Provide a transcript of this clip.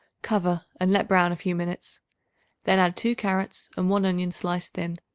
cover and let brown a few minutes then add two carrots and one onion sliced thin,